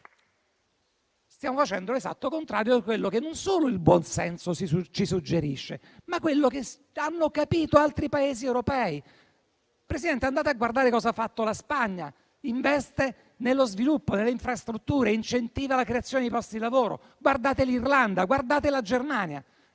Stiamo facendo l'esatto contrario di quello che non solo il buon senso suggerisce, ma di quello che hanno capito altri Paesi europei. Andate a vedere cosa ha fatto la Spagna, che investe nello sviluppo delle infrastrutture e incentiva la creazione di posti di lavoro. Guardate l'Irlanda, guardate la Germania.